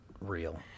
real